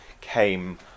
came